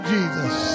Jesus